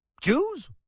Jews